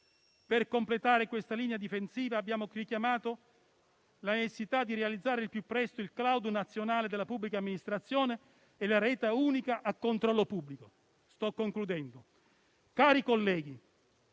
Per completare la linea difensiva abbiamo richiamato la necessità di realizzare al più presto il *cloud* nazionale della pubblica amministrazione e la rete unica a controllo pubblico. Sto concludendo. Cari colleghi,